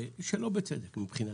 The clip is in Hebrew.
שלא בצדק מבחינתך,